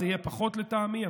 זה יהיה פחות לטעמי,